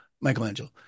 Michelangelo